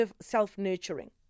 self-nurturing